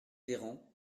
véran